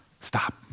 stop